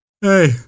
hey